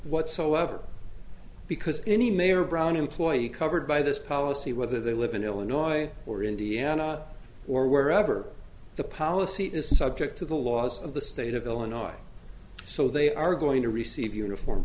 whatsoever because any mayor brown employee covered by this policy whether they live in illinois or indiana or wherever the policy is subject to the laws of the state of illinois so they are going to receive uniform